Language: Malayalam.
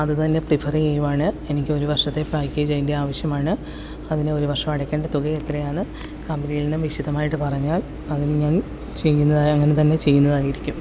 അത് തന്നെ പ്രിഫറ് ചെയ്യുകയാണ് എനിക്ക് ഒരു വർഷത്തെ പാക്കേജ് അതിൻ്റെ ആവിശ്യമാണ് അതിന് ഒരു വർഷം അടക്കേണ്ട തുക എത്രയാണ് കമ്പനികളെല്ലാം വിശദമായിട്ട് പറഞ്ഞാൽ അതിന് ഞാൻ അങ്ങനെ തന്നെ ചെയ്യുന്നതായിരിക്കും